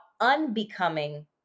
unbecoming